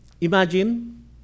Imagine